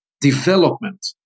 development